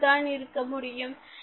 யார் தான் இருக்க முடியும்